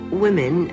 women